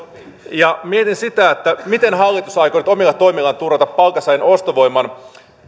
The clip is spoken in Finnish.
mietin sitä että miten hallitus aikoo nyt omilla toimillaan turvata palkansaajien ostovoiman